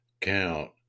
count